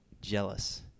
jealous